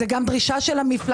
זאת גם דרישה של המפלגות,